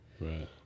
Right